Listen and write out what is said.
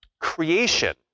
creation